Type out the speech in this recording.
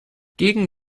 gegen